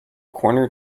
corner